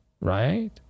Right